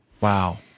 Wow